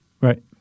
right